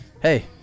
hey